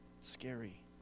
scary